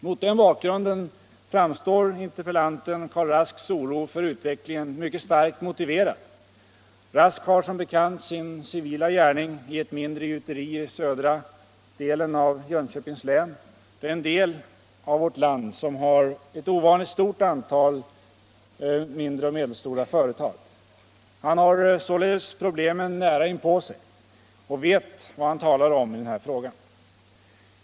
Mot den bakgrunden framstår interpellanten Karl Rasks oro för utvecklingen som mycket starkt motiverad. Herr Rask har som bekant sin civila gärning i ett mindre gjuteri i södra delen av Jönköpings län, en del av vårt land som har ett ovanligt stort antal mindre och medelstora företag. Han har således problemen nära inpå sig och vet vad han talar om i denna fråga.